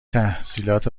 تحصیلات